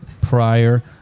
prior